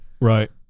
Right